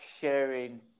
sharing